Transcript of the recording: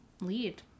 lead